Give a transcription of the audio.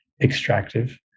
extractive